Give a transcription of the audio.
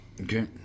Okay